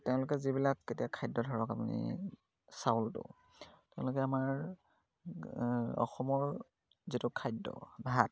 তেওঁলোকে যিবিলাক এতিয়া খাদ্য ধৰক আপুনি চাউলটো তেওঁলোকে আমাৰ অসমৰ যিটো খাদ্য ভাত